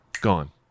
gone